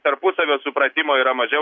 tarpusavio supratimo yra mažiau